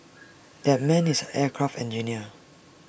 that man is an aircraft engineer